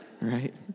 right